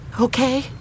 okay